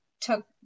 took